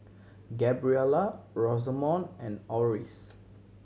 Gabriela Rosamond and Orris